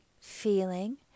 feeling